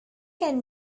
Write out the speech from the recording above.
can